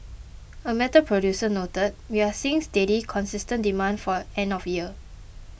a metal producer noted we are seeing steady consistent demand for end of year